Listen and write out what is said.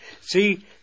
See